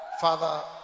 Father